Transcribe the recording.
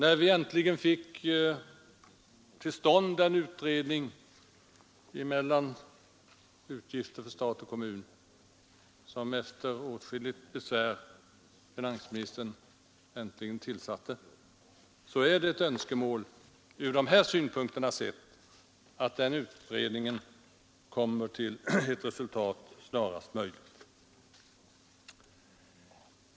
När finansministern efter åtskilligt grubbel äntligen tillsatt en utredning om fördelningen av utgifter mellan stat och kommun, är det från dessa synpunkter ett önskemål att den utredningen framlägger resultat snarast möjligt.